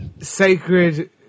sacred